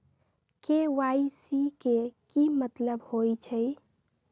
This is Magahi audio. के.वाई.सी के कि मतलब होइछइ?